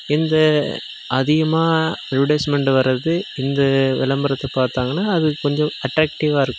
இந்த அதிகமாக அட்வெர்டைஸ்மெண்ட் வர்றது இந்த விளம்பரத்தை பார்த்தாங்கன்னா அது கொஞ்சம் அட்ராக்ட்டிவாக இருக்கும்